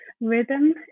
rhythm